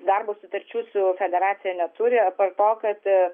darbo sutarčių su federacija neturi apart to kad